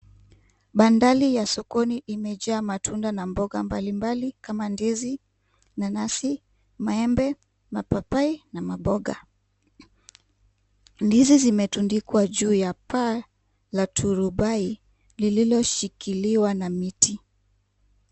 Bandari ya sokoni imejaa matunda na mboga mbalimbali kama ndizi, nanasi, maembe, mapapai na maboga. Ndizi zimetundikwa juu ya paa la turubai lililoshikiliwa na miti.